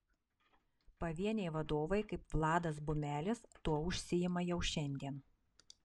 pavieniai vadovai kaip vladas bumelis tuo užsiima jau šiandien